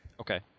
Okay